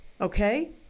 Okay